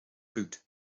boot